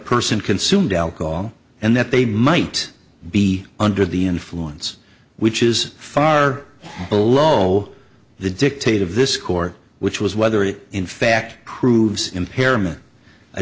person consumed alcohol and that they might be under the influence which is far below the dictate of this court which was whether it in fact proves impairment i